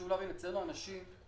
לגבי החל"ת, אצלנו לוקח